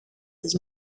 της